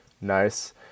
Nice